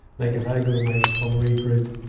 like, if i go to my recovery group,